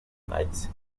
knives